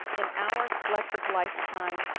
in our collective lifetime,